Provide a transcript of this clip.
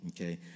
Okay